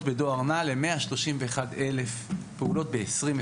פעולות בדואר נע ל-131,000 פעולות ב-2021,